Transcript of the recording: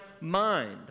mind